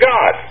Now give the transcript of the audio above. God